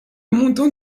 montant